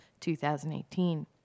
2018